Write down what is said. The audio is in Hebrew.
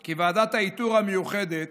כי ועדת האיתור המיוחדת